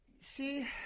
see